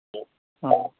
ꯑꯥ